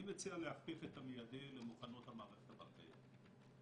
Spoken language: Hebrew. אני מציע להכפיף את המיידי למוכנות המערכת הבנקאית.